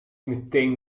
meteen